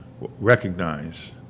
recognize